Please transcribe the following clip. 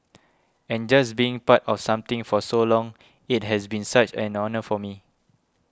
and just being part of something for so long it has been such an honour for me